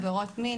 עבירות מין,